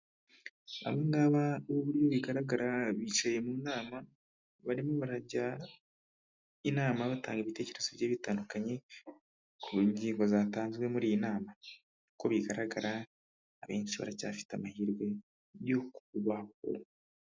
Aba ngaba uburyo bigaragara bicaye mu nama barimo barajya inama batanga ibitekerezo bigiye bitandukanye ku ngingo zatanzwe muri iyi nama. Uko bigaragara abenshi baracyafite amahirwe yo kubaho.